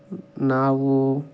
ನಾವು